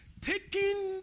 Taking